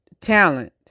talent